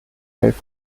elf